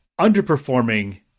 underperforming